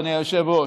אדוני היושב-ראש: